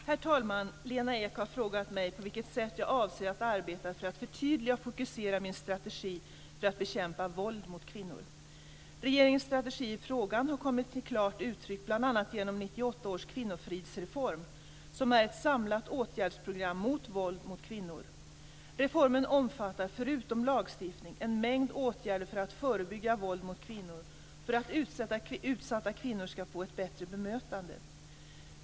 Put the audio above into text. Herr talman! Lena Ek har frågat mig på vilket sätt jag avser att arbeta för att förtydliga och fokusera min strategi för att bekämpa våld mot kvinnor? Regeringens strategi i frågan har kommit till klart uttryck bl.a. genom 1998 års kvinnofridsreform som är ett samlat åtgärdsprogram mot våld mot kvinnor. Reformen omfattar, förutom lagstiftning, en mängd åtgärder för att förebygga våld mot kvinnor och för att utsatta kvinnor ska få ett bättre bemötande.